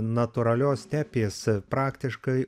natūralios stepės praktiškai